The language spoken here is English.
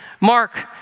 Mark